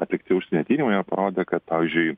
atlikti užsienio tyrimai ir parodė kad pavyzdžiui